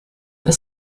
the